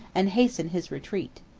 and hasten his retreat.